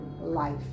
life